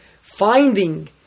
finding